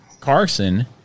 Carson